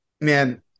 man